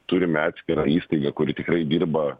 turime atskirą įstaigą kuri tikrai dirba